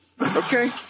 Okay